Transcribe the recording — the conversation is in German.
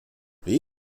wie